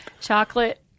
chocolate